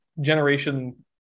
generation